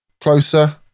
Closer